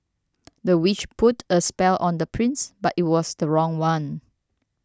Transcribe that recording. the witch put a spell on the prince but it was the wrong one